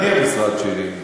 אני המשרד שלי.